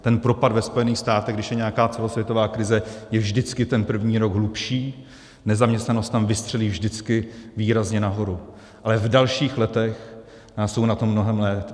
Ten propad ve Spojených státech, když je nějaká celosvětová krize, je vždycky první rok hlubší, nezaměstnanost tam vystřelí vždycky výrazně nahoru, ale v dalších letech jsou na tom mnohem lépe.